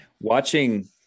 watching